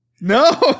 No